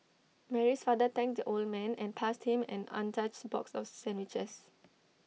Mary's father thanked the old man and passed him an untouched box of sandwiches